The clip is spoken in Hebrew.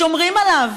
שומרים עליו,